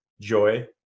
joy